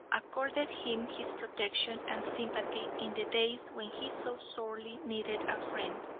accorded him his protection and sympathy in the days when he so sorely needed a friend,